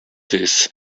this